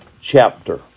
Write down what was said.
chapter